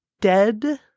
dead